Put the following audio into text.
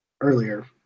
earlier